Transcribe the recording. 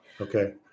Okay